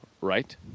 Right